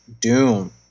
doom